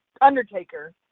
Undertaker